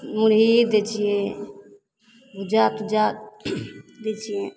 मुरही दै छिए भुज्जा तुज्जा दै छिए